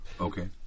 Okay